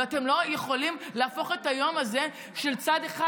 ואתם לא יכולים להפוך את היום הזה לשל צד אחד.